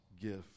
gift